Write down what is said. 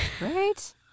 Right